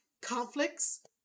conflicts